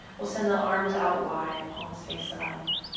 we'll send the arms out wide, palms face up.